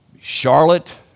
Charlotte